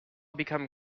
become